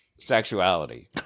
sexuality